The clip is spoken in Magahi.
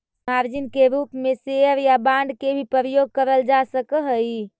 मार्जिन के रूप में शेयर या बांड के भी प्रयोग करल जा सकऽ हई